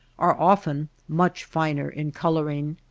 are often much finer in coloring.